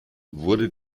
wurde